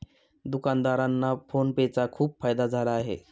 दुकानदारांना PhonePe चा खूप फायदा झाला आहे